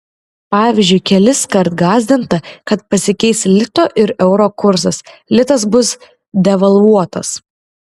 pavyzdžiui keliskart gąsdinta kad pasikeis lito ir euro kursas litas bus devalvuotas